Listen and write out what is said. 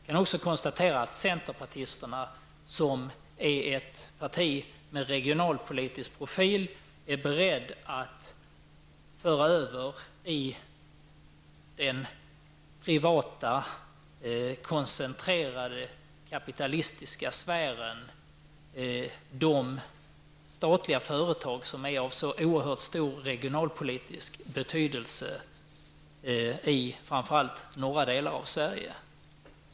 Jag kan konstatera att centern, som är ett parti med regionalpolitisk profil, nu är beredd att föra över i den privata koncentrerade kapitalistiska sfären de statliga företag som är av oerhört stor regionalpolitisk betydelse i framför allt norra delen av Sverige.